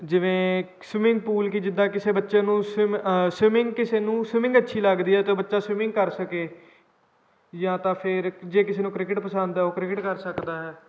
ਜਿਵੇਂ swimming pool ਕਿ ਜਿੱਦਾਂ ਕਿਸੇ ਬੱਚੇ ਨੂੰ ਸਮਿੰਮ ਸਵੀਮਿੰਗ ਕਿਸੇ ਨੂੰ ਸਵੀਮਿੰਗ ਅੱਛੀ ਲੱਗਦੀ ਹੈ ਅਤੇ ਬੱਚਾ ਸਵੀਮਿੰਗ ਕਰ ਸਕੇ ਜਾਂ ਤਾਂ ਫਿਰ ਜੇ ਕਿਸੇ ਨੂੰ ਕ੍ਰਿਕਟ ਪਸੰਦ ਹੈ ਉਹ ਕ੍ਰਿਕਟ ਕਰ ਸਕਦਾ ਹੈ